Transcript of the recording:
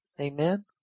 Amen